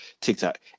TikTok